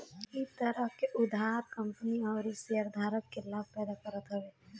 इ तरह के उधार कंपनी अउरी शेयरधारक के लाभ पैदा करत हवे